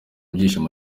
byishimo